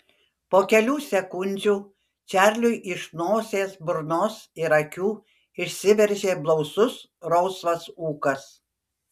po kelių sekundžių čarliui iš nosies burnos ir akių išsiveržė blausus rausvas ūkas